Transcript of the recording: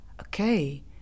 Okay